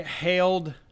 hailed